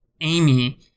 Amy